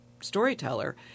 storyteller